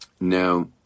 now